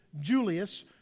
Julius